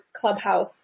clubhouse